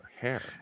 hair